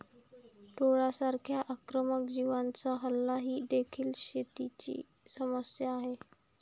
टोळांसारख्या आक्रमक जीवांचा हल्ला ही देखील शेतीची समस्या आहे